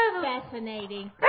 fascinating